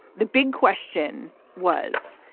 the big question was.